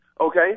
okay